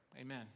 amen